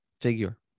figure